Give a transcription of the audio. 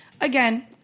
again